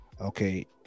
Okay